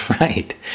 Right